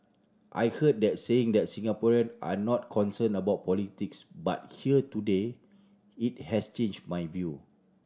I heard the saying that Singaporean are not concerned about politics but here today it has changed my view